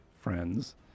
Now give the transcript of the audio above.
Friends